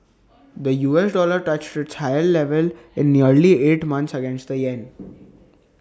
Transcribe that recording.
the U S dollar touched its highest level in nearly eight months against the Yen